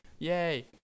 Yay